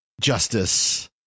justice